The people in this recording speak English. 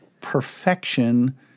perfection